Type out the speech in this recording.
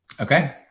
Okay